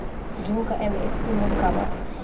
गेहू का एम.एफ.सी मूल्य का बा?